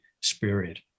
spirit